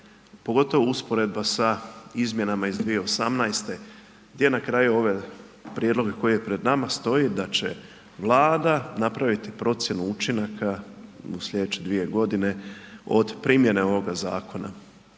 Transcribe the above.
pogotovo usporedba sa izmjenama iz 2018. gdje na kraju ove prijedloge koji je pred nama stoji da će Vlada napraviti procjenu učinaka u slijedeće 2.g. od primjene ovoga zakona.